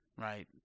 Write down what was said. right